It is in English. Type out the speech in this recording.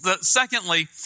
Secondly